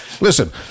Listen